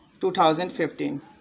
2015